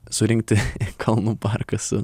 surinkti kalnų parką su